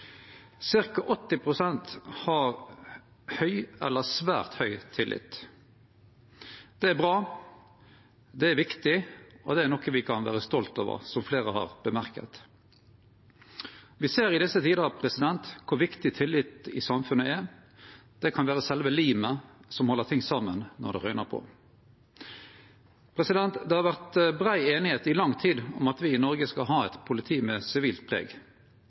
80 pst. har høg eller svært høg tillit. Det er bra, det er viktig, og det er noko me kan vere stolte over, som fleire har sagt. Me ser i desse tider kor viktig tillit i samfunnet er. Det kan vere sjølve limet som held ting saman når det røyner på. Det har vore brei einigheit i lang tid om at me i Noreg skal ha eit politi med sivilt preg.